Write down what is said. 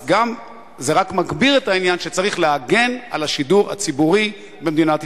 זה רק מגביר את העניין שצריך להגן על השידור הציבורי במדינת ישראל.